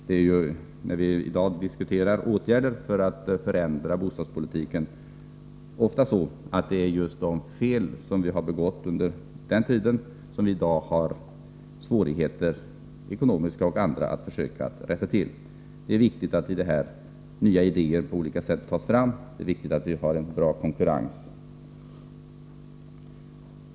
Då vi i dag diskuterar åtgärder för att förändra bostadspolitiken, är det ju ofta så att det är just de fel som begicks under den nyssnämnda tiden som vi i dag har svårigheter — ekonomiska och andra — att rätta till. Det är därför viktigt att nya idéer på olika sätt tas fram, och det är viktigt att det finns en god konkurrens.